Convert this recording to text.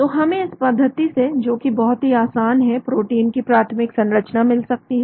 तो हमें इस पद्धति से जो की बहुत ही आसान है प्रोटीन की प्राथमिक संरचना मिल सकती है